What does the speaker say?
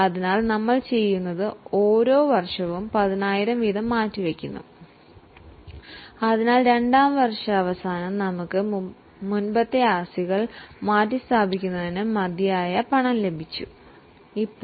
അതിനായി നമ്മൾ ഓരോ വർഷവും 10000 മാറ്റിവെക്കുന്നു എന്ന് കരുതുക അങ്ങനെ 2 ആം വർഷാവസാനം നമ്മൾക്ക് ഡിപ്രീസിയേഷൻ സംഭവിച്ച ആസ്തികൾ റീപ്ലേസ്മെന്റ് ചെയ്യുന്നതിനായി മതിയായ പണം ലഭിക്കുന്നതായിരിക്കും